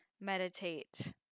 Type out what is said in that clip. meditate